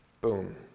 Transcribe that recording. Boom